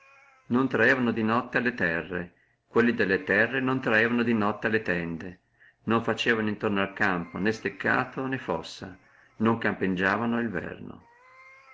taglia non traevano la notte alle terre quelli delle terre non traevano alle tende non facevano intorno al campo né steccato né fossa non campeggiavano el verno